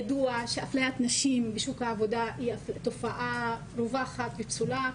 ידוע שאפליית נשים בשוק העבודה היא תופעה רווחת ופסולה.